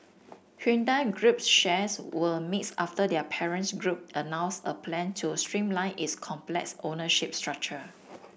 Hyundai Group shares were mixed after their parents group announced a plan to streamline its complex ownership structure